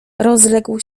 rozległ